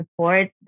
support